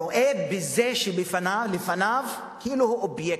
הוא רואה בזה שלפניו כאילו הוא אובייקט,